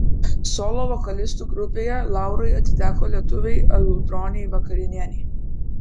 solo vokalistų grupėje laurai atiteko lietuvei audronei vakarinienei